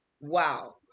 wow